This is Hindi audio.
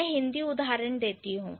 मैं हिंदी उदाहरण देती हुं